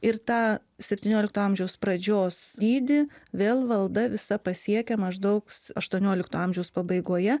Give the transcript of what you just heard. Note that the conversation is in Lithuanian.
ir tą septyniolikto amžiaus pradžios dydį vėl valda visa pasiekia maždaug aštuoniolikto amžiaus pabaigoje